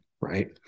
Right